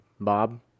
Bob